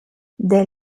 dès